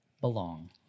belong